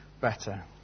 better